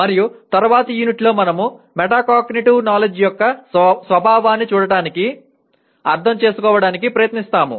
మరియు తరువాతి యూనిట్ లో మనము మెటాకాగ్నిటివ్ జ్ఞానం యొక్క స్వభావాన్ని చూడటానికి అర్థం చేసుకోవడానికి ప్రయత్నిస్తాము